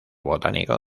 botánico